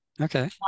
okay